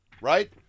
right